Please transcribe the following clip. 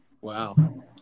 Wow